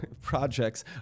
projects